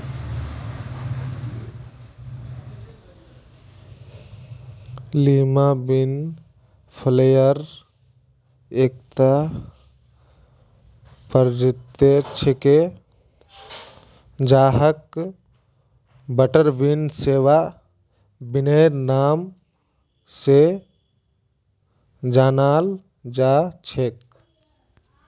Lima bean फलियार एकता प्रजाति छिके जहाक बटरबीन, सिवा बिनेर नाम स जानाल जा छेक